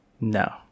No